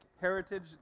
heritage